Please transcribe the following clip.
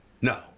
No